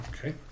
Okay